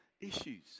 issues